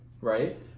right